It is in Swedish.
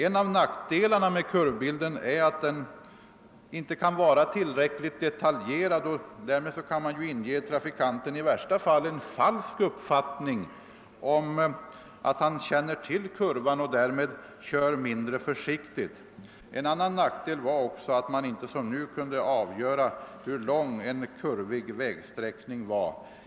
En av nackdelarna med kurvbilden var, att den inte kunde vara tillräckligt detaljerad och därför i värsta fall kunde inge trafikanten en falsk uppfattning om att han kände till kurvan och därför körde mindre försiktigt. En annan nackdel var också, att man inte som nu kunde avgöra hur lång en kurvig vägsträckning var.